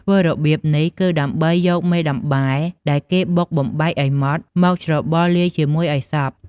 ធ្វើរបៀបនេះគឺដើម្បីយកមេដំបែដែលគេបុកបំបែកឲ្យម៉ត់ មកច្របល់លាយជាមួយឲ្យសព្វ ។